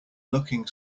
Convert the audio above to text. looking